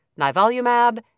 nivolumab